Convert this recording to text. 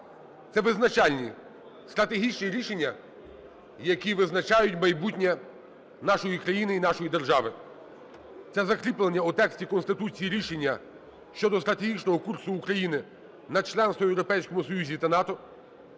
Це визначальні, стратегічні рішення, які визначають майбутнє нашої країни і нашої держави. Це закріплення у тексті Конституції рішення щодо стратегічного курсу України на членство в Європейському Союзі та НАТО.